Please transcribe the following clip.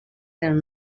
tenen